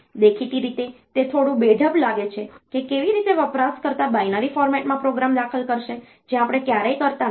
દેખીતી રીતે તે થોડું બેઢબ લાગે છે કે કેવી રીતે વપરાશકર્તા બાઈનરી ફોર્મેટમાં પ્રોગ્રામ દાખલ કરશે જે આપણે ક્યારેય કરતા નથી